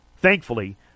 thankfully